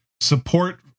support